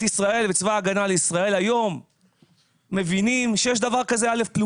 ישראל וצה"ל היום מבינים שיש דבר כזה א+,